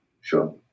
Sure